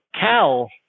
Cal